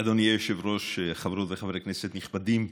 אדוני היושב-ראש, חברות וחברי כנסת נכבדים,